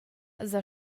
s’ha